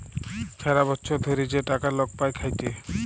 ছারা বচ্ছর ধ্যইরে যে টাকা লক পায় খ্যাইটে